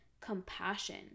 compassion